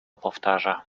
powtarza